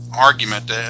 argument